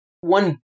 One